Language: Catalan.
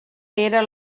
era